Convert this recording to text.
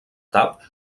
tap